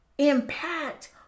impact